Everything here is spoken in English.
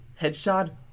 headshot